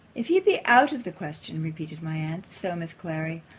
if he be out of the question! repeated my aunt so, miss clary,